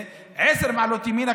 עשר מעלות ימינה,